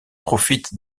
profite